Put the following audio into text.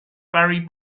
barry